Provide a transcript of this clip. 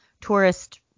tourist